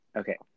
okay